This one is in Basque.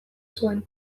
zuen